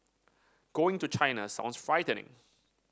going to China sounds frightening